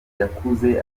yakuze